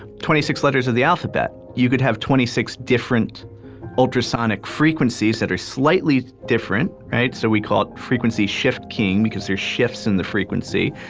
twenty six letters of the alphabet. you could have twenty six different ultrasonic frequencies that are slightly different, so we call it frequency shift keying, because there's shifts in the frequency,